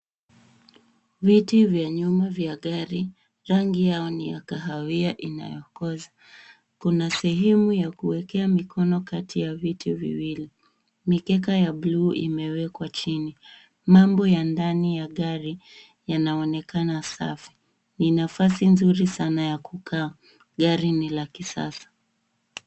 Viti vya nyuma vya gari, rangi yao ni ya kahawia inayokoza. Kuna sehemu ya kuwekea mikono kati ya viti viwili. Mikeka ya bluu imewekwa chini. Mambo ya ndani ya gari yanaonekana safi. Ina nafasi nzuri sana ya kukaa. Gari ni la kisasa.